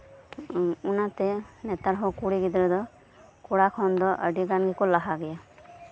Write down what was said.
ᱚᱱᱟᱛᱮ ᱱᱮᱛᱟᱨ ᱫᱚ ᱠᱩᱲᱤ ᱜᱤᱫᱽᱨᱟᱹ ᱫᱚ ᱟᱹᱰᱤ ᱠᱷᱚᱱ ᱠᱚ ᱞᱟᱦᱟ ᱜᱮᱭᱟ